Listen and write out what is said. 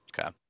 Okay